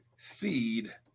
Seed